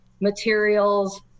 materials